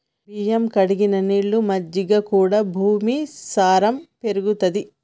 బియ్యం కడిగిన నీళ్లు, మజ్జిగ కూడా భూమి సారం పెరుగుతది